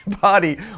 body